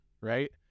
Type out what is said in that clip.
Right